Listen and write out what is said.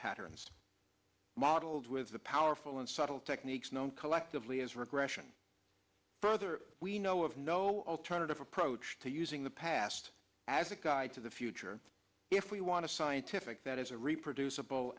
patterns modeled with the powerful and subtle techniques known collectively as regression further we know of no alternative approach to using the past as a guide to the future if we want to scientific that is a reproduc